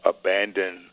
abandon